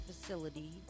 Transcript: facility